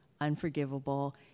unforgivable